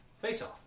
Face-Off